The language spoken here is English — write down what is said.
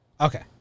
okay